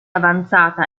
avanzata